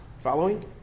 Following